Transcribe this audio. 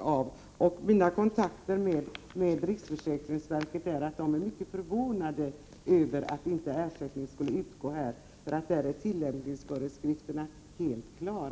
av. På riksförsäkringsverket är man — det har jag erfarit vid mina kontakter — mycket förvånad över uppgiften att ersättning här inte skulle utgå; tillämpningsföreskrifterna är på den punkten helt klara.